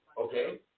Okay